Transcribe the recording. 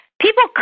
people